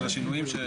את השינויים.